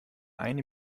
eine